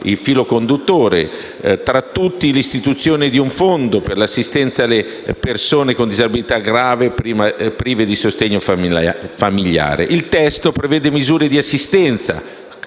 il filo conduttore: tra tutti, l'istituzione di un Fondo per l'assistenza alle persone con disabilità grave prive di sostegno familiare. Il testo prevede misure di assistenza,